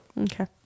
Okay